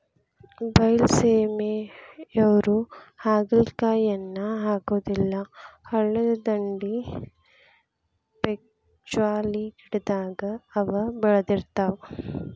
ಬೈಲಸೇಮಿಯವ್ರು ಹಾಗಲಕಾಯಿಯನ್ನಾ ಹಾಕುದಿಲ್ಲಾ ಹಳ್ಳದ ದಂಡಿ, ಪೇಕ್ಜಾಲಿ ಗಿಡದಾಗ ಅವ ಬೇಳದಿರ್ತಾವ